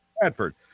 Bradford